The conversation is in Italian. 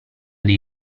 dei